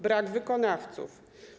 Brak wykonawców.